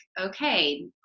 okay